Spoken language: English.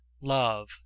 love